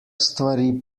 stvari